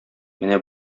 менә